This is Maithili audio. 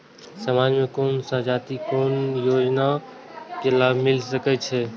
समाज में कोन सा जाति के कोन योजना के लाभ मिल सके छै?